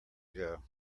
ago